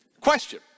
Question